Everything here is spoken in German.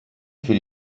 für